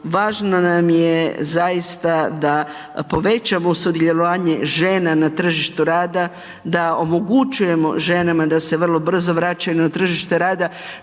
važno nam je zaista da povećamo sudjelovanje žena na tržištu rada, da omogućujemo ženama da se vrlo brzo vraćaju na tržište rada.